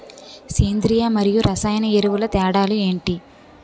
సేంద్రీయ మరియు రసాయన ఎరువుల తేడా లు ఏంటి?